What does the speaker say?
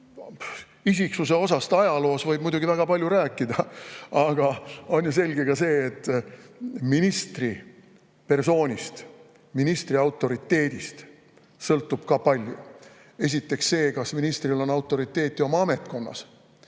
osast ajaloos võib muidugi väga palju rääkida, aga on ju selge see, et ministri persoonist, ministri autoriteedist sõltub ka palju. Esiteks see, kas ministril on autoriteeti oma ametkonnas,